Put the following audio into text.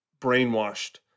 brainwashed